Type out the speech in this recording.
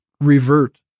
revert